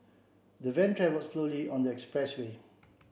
the van travelled slowly on the expressway